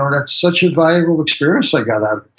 um that's such a valuable experience i got out